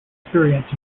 experience